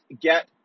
get